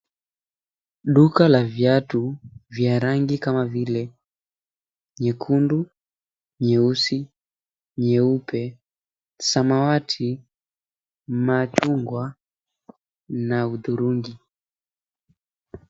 Duka la viatu vya rangi 𝑘𝑎𝑚𝑎 𝑣𝑖𝑙𝑒 nyekundu, nyeusi, nyeup𝑒, 𝑠amawati, machungwa na hudhurungi.